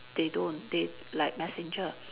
they don't they like messenger